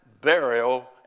burial